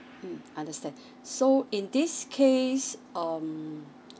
mm understand so in this case um